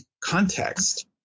context